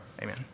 Amen